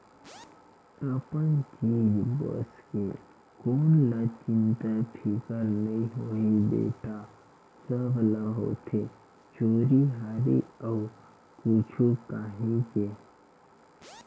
अपन चीज बस के कोन ल चिंता फिकर नइ होही बेटा, सब ल होथे चोरी हारी के अउ कुछु काही के